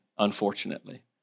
Unfortunately